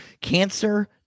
cancer